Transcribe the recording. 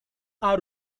are